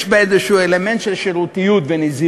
יש בה איזה אלמנט של שרירותיות ונזילות.